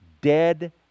dead